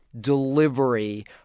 delivery